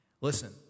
Listen